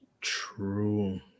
True